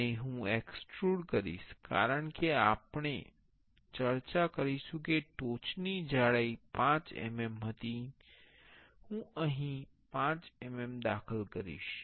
અને હું એક્સટ્રુડ કરીશ કારણ કે આપણે ચર્ચા કરીશું કે ટોચની જાડાઈ 5 mm હતી હું અહીં 5 mm દાખલ કરીશ